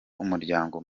umuryango